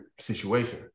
situation